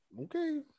Okay